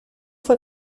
fue